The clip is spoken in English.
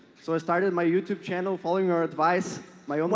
so i started my youtube channel following our advice my um